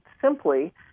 simply